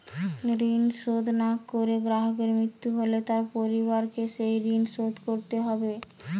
ঋণ শোধ না করে গ্রাহকের মৃত্যু হলে তার পরিবারকে সেই ঋণ শোধ করতে হবে?